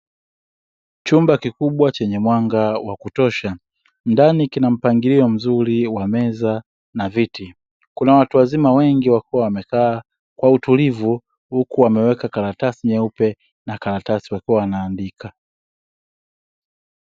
Chumba kikubwa chenye mwanga wa kutosha, ndani kina mpangilio mzuri wa meza na viti. Kuna watu wazima wengi wakiwa wamekaa kwa utulivu, huku wameweka karatasi nyeupe na karatasi wakiwa wanaandika.